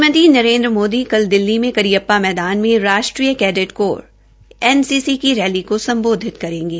प्रधानमंत्री नरेन्द्र मोदी कल दिल्ली में करियपा मैदान में राष्ट्रीय कैडेट कोर एनसीसी की रैली को सम्बोधित करेंगे